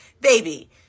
baby